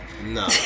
No